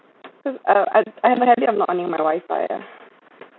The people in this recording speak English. cause I I'm not on my wifi lah